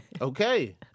Okay